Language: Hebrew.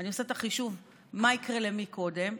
אני עושה את החישוב, מה יקרה למי קודם.